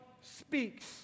speaks